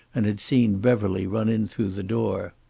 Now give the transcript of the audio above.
and had seen beverly run in through the door.